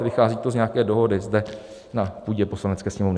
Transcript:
Vychází to z nějaké dohody zde na půdě Poslanecké sněmovny.